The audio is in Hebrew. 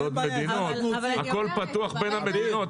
של עוד מדינות והכול פתוח בין המדינות.